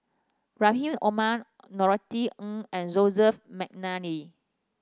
Rahim Omar Norothy Ng and Joseph McNally